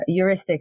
heuristics